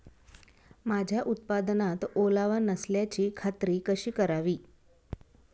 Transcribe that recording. माझ्या उत्पादनात ओलावा नसल्याची खात्री कशी करावी?